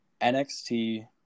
NXT